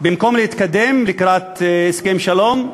במקום להתקדם לקראת הסכם שלום,